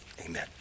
Amen